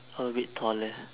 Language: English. a bit taller